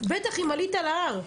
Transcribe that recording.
בטח אם עלית להר.